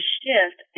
shift